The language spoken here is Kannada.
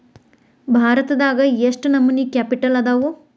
ಭಾರತದಾಗ ಯೆಷ್ಟ್ ನಮನಿ ಕ್ಯಾಪಿಟಲ್ ಅದಾವು?